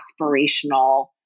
aspirational